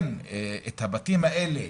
כן את הבתים האלה,